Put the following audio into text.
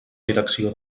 direcció